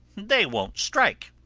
they won't strike.